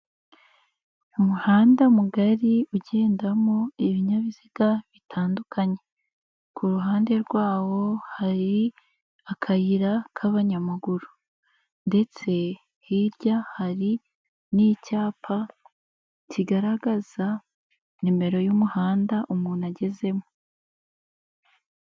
Umuhanda mugari ugendamo ibinyabiziga bitandukanye. Ku ruhande rwawo hari akayira k'abanyamaguru ndetse hirya hari n'icyapa kigaragaza nimero y'umuhanda umuntu agezemo.